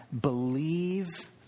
Believe